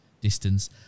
distance